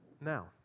now